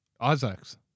Isaac's